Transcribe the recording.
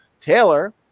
Taylor